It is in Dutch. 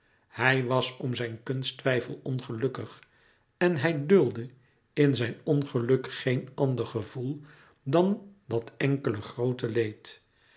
hij was om zijn kunsttwijfel ongelukkig en hij duldde in zijn ongeluk geen ander gevoel dan dat enkele groote leed